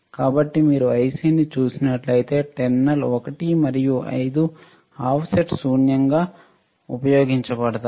కాబట్టి మీరు ఐసిని చూసినట్లయితే టెర్మినల్ 1 మరియు 5 ఆఫ్సెట్ శూన్యంగా ఉపయోగించబడతాయి